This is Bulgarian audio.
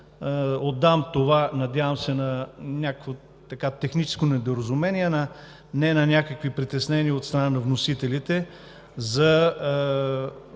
Отдавам това, надявам се, на някакво техническо недоразумение, а не на някакви притеснения от страна на вносителите за